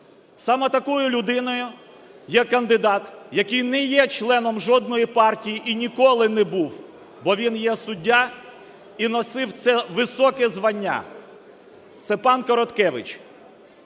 Саме такою людиною є кандидат, який не є членом жодної партії і ніколи не був, бо він є суддя і носив це високе звання, – це пан Короткевич.